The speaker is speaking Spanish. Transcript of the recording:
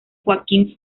joaquín